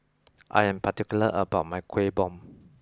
I am particular about my Kuih Bom